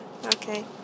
Okay